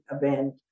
event